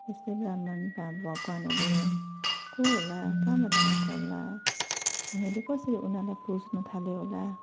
जस्तै ब्रह्माण्डमा भगवानहरू को होला कहाँबाट आएको होला हामीले कसरी उनीहरूलाई पुज्नु थालेँ होला